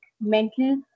mental